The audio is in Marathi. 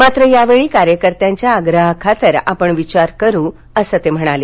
मात्र यावेळी कार्यकर्त्यांच्या आग्रहाखातर आपण विचार करू असं ते म्हणाले